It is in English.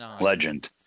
legend